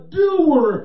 doer